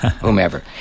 Whomever